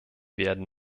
werden